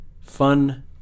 fun